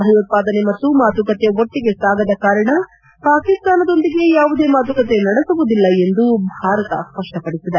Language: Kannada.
ಭಯೋತ್ಪಾದನೆ ಮತ್ತು ಮಾತುಕತೆ ಒಟ್ಟಿಗೆ ಸಾಗದ ಕಾರಣ ಪಾಕಿಸ್ತಾನದೊಂದಿಗೆ ಯಾವುದೇ ಮಾತುಕತೆ ನಡೆಸುವುದಿಲ್ಲ ಎಂದು ಭಾರತ ಸ್ವಷ್ಟಪಡಿಸಿದೆ